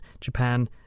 Japan